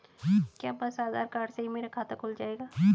क्या बस आधार कार्ड से ही मेरा खाता खुल जाएगा?